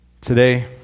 Today